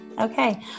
okay